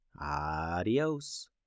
Adios